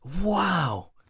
Wow